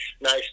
nice